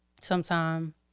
sometime